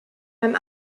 beim